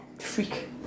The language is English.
Freak